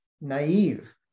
naive